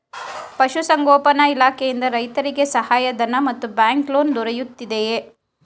ಪಶು ಸಂಗೋಪನಾ ಇಲಾಖೆಯಿಂದ ರೈತರಿಗೆ ಸಹಾಯ ಧನ ಮತ್ತು ಬ್ಯಾಂಕ್ ಲೋನ್ ದೊರೆಯುತ್ತಿದೆಯೇ?